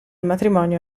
matrimonio